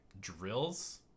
drills